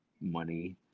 money